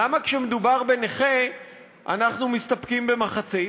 למה כשמדובר בנכה אנחנו מסתפקים במחצית?